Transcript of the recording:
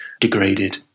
degraded